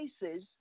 places